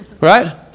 Right